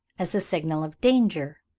as a signal of danger,